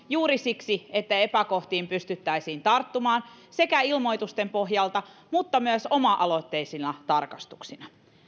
juuri siksi että epäkohtiin pystyttäisiin tarttumaan sekä ilmoitusten pohjalta mutta myös oma aloitteisina tarkastuksina